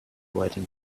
waiting